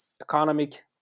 economic